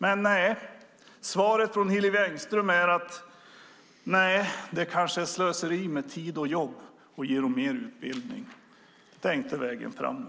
Men nej, svaret från Hillevi Engström är att det kanske är slöseri med tid och jobb att ge dem mer utbildning. Det är inte vägen framåt.